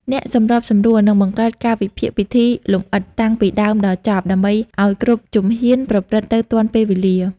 អ្នកសម្របសម្រួលនឹង បង្កើតកាលវិភាគពិធីលម្អិត តាំងពីដើមដល់ចប់ ដើម្បីឱ្យគ្រប់ជំហានប្រព្រឹត្តទៅទាន់ពេលវេលា។